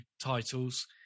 titles